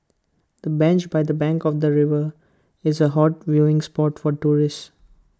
the bench by the bank of the river is A hot viewing spot for tourists